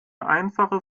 einfache